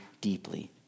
deeply